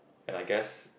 and I guess